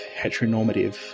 heteronormative